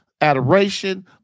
adoration